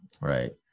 right